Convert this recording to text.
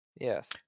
Yes